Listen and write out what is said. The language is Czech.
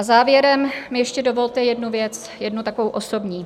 Závěrem mi ještě dovolte jednu věc, jednu takovou osobní.